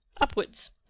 upwards